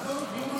עזוב.